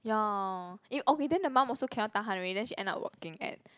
ya eh okay then the mom also cannot tahan already then she end up working at